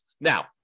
Now